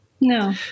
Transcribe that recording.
No